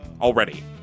already